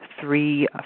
three